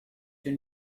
you